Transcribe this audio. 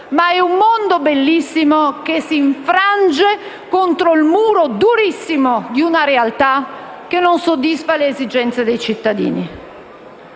però un mondo bellissimo che si infrange contro il muro durissimo di una realtà che non soddisfa le esigenze dei cittadini.